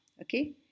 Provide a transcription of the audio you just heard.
Okay